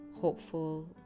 hopeful